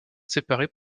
séparées